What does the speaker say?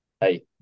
hey